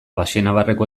baxenabarreko